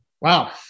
Wow